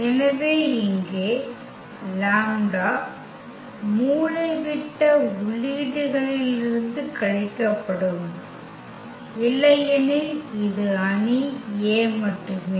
எனவே இங்கே λ மூலைவிட்ட உள்ளீடுகளிலிருந்து கழிக்கப்படும் இல்லையெனில் இது அணி A மட்டுமே